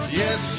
yes